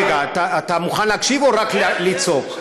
רגע, אתה מוכן להקשיב, או רק לצעוק?